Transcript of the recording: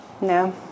No